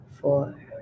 four